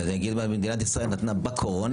שאגיד מה מדינת ישראל נתנה בקורונה?